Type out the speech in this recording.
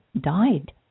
died